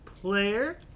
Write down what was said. player